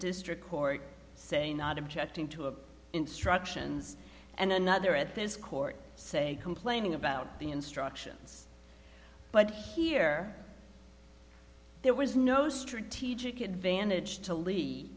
district court saying not objecting to a instructions and another at this court say complaining about the instructions but here there was no strategic advantage to lea